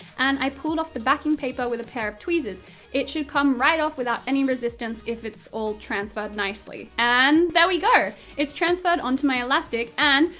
and i pulled off the backing paper with a pair of tweezers it should come right off without any resistance if it's all transferred nicely. and, there we go! it's transferred onto my elastic, and,